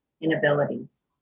inabilities